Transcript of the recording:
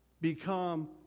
become